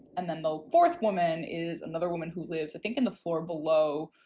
and then the fourth woman is another woman who lives i think in the floor below.